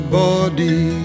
body